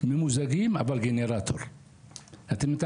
ממוזגים, אבל על גנרטור.